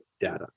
data